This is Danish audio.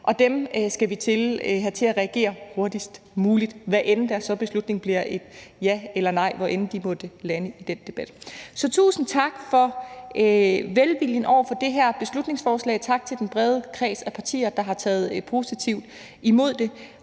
Og dem skal vi have til at reagere hurtigst muligt, hvad end deres beslutning så bliver et ja eller et nej; hvor end de måtte lande i den debat. Så tusind tak for velviljen over for det her beslutningsforslag. Tak til den brede kreds af partier, der har taget positivt imod det.